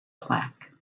plaque